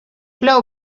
plou